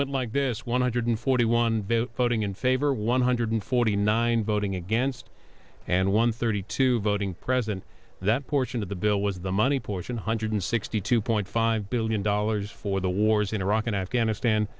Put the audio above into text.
went like this one hundred forty one vote voting in favor one hundred forty nine voting against and one thirty two voting present that portion of the bill was the money portion hundred sixty two point five billion dollars for the wars in iraq and afghanistan